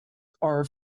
are